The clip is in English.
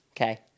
Okay